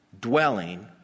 dwelling